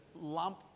lump